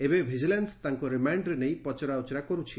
ଏବେ ଭିଜିଲାନ୍ନ ତାଙ୍କୁ ରିମାଣ୍ଡରେ ନେଇ ପଚରାଉଚୁରା କରୁଛି